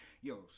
Yo